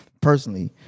Personally